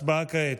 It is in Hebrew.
הצבעה כעת.